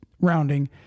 Rounding